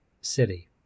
city